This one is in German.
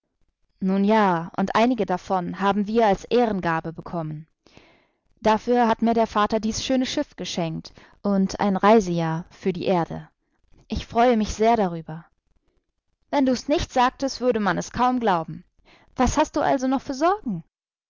nun ja und einige davon haben wir als ehrengabe bekommen dafür hat mir der vater dies schöne schiff geschenkt und ein reisejahr für die erde ich freue mich sehr darüber wenn du es nicht sagtest würde man es kaum glauben was hast du also noch